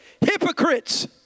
Hypocrites